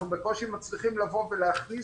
אנחנו בקושי מצליחים לבוא ולהכריז